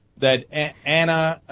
that at and ah.